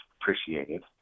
appreciated